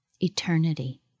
Eternity